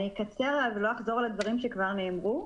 אני אקצר ולא אחזור על הדברים שכבר נאמרו,